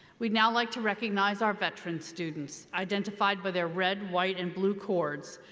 we'd now like to recognize our veteran students, identified by their red, white, and blue cords.